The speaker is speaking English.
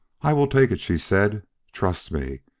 i will take it, she said. trust me.